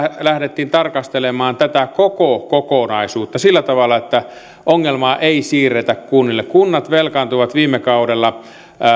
lähdettiin tarkastelemaan tätä koko kokonaisuutta sillä tavalla että ongelmaa ei siirretä kunnille kunnat velkaantuivat viime kaudella